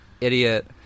idiot